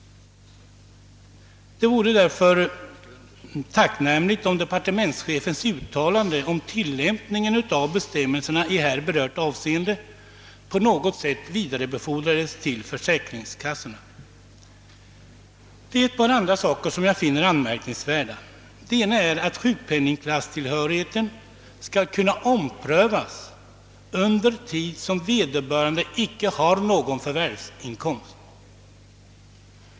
Det vore därför tacknämligt om departementschefens uttalande om tillämpningen av bestämmelserna i här berört avseende på något sätt vidarebefordrades = till = försäkringskassorna. Det är ett par andra saker som jag finner anmärkningsvärda. Den ena är att sjukpenningklasstillhörigheten kan omprövas under tid då försäkringstagaren icke har någon förvärvsinkomst.